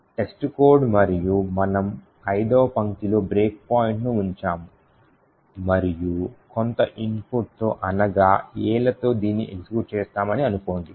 Testcode మరియు మనము 5వ పంక్తిలో బ్రేక్పాయింట్ను ఉంచాము మరియు కొంత ఇన్పుట్తో అనగా Aలతో దీన్ని ఎగ్జిక్యూట్ చేస్తాము అని అనుకోండి